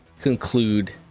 conclude